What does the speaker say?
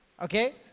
okay